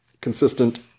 consistent